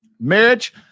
Marriage